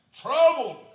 Troubled